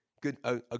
good